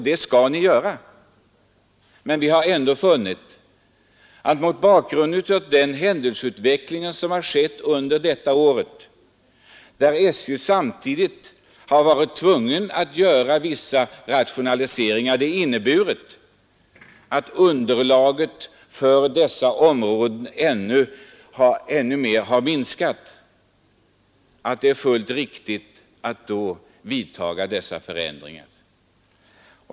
Utskottet har emellertid ändå funnit att det mot bakgrunden av den händelseutveckling som skett under det senaste året, när SJ har varit tvunget att göra vissa rationaliseringar, är fullt riktigt att också vidtaga dessa förändringar.